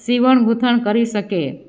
સીવણ ગૂંથણ કરી શકે